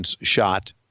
shot